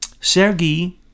Sergei